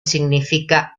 significa